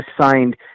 signed